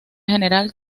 general